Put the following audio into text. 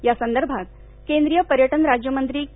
यासंदर्भात केंद्रीय पर्यटन राज्यमंत्री के